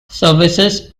services